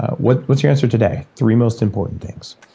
what's what's your answer today? three most important things